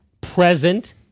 present